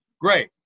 Great